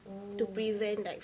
oh